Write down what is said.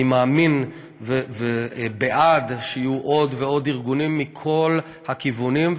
אני מאמין ובעד שיהיו עוד ועוד ארגונים מכל הכיוונים,